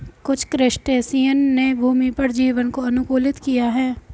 कुछ क्रस्टेशियंस ने भूमि पर जीवन को अनुकूलित किया है